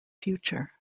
future